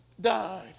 died